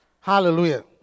Hallelujah